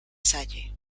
salle